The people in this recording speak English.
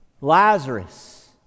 Lazarus